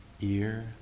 ear